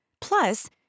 Plus